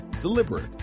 deliberate